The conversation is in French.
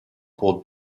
pour